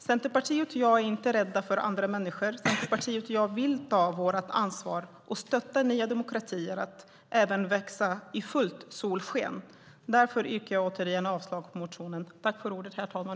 Centerpartiet och jag är inte rädda för andra människor. Centerpartiet och jag vill ta vårt ansvar och stötta nya demokratier i att växa i fullt solsken. Därför yrkar jag återigen avslag på motionen.